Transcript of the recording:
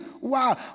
Wow